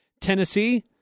Tennessee